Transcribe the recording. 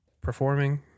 performing